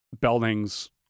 Belding's